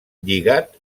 lligat